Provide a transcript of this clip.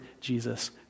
Jesus